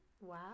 Wow